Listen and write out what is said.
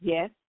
Yes